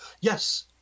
Yes